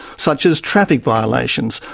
such as traffic violations,